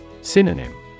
Synonym